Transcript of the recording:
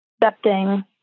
accepting